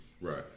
right